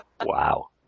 Wow